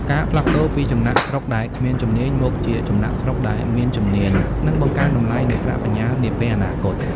ការផ្លាស់ប្តូរពី "ចំណាកស្រុកដែលគ្មានជំនាញ" មកជា "ចំណាកស្រុកដែលមានជំនាញ" នឹងបង្កើនតម្លៃនៃប្រាក់បញ្ញើនាពេលអនាគត។